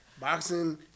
boxing